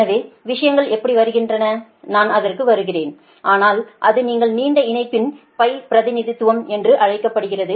எனவே விஷயங்கள் எப்படி வருகின்றன நான் அதற்கு வருவேன் ஆனால் இதை நீங்கள் நீண்ட இணைப்பின்யின் பிரதிநிதித்துவம் என்று அழைக்கிறீர்கள்